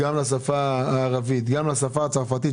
איך אותו שמים שם כבר שבועיים ולי הוא אומר